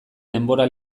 denbora